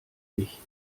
dich